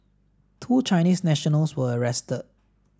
two Chinese nationals were arrested